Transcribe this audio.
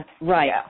Right